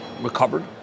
recovered